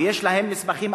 ויש להם מסמכים,